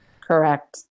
Correct